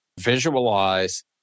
Visualize